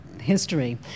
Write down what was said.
History